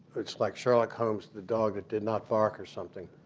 it's like sherlock holmes, the dog that did not bark or something.